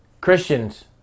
christians